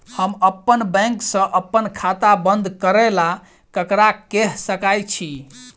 हम अप्पन बैंक सऽ अप्पन खाता बंद करै ला ककरा केह सकाई छी?